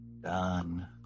Done